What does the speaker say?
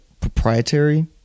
proprietary